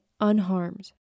unharmed